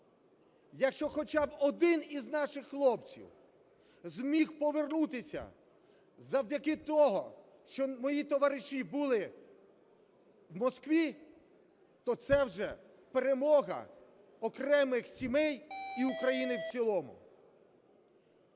Якщо хоча б один із наших хлопців зміг повернутися завдяки тому, що мої товариші були в Москві, то це вже перемога окремих сімей і України в цілому.